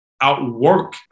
outwork